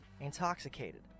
intoxicated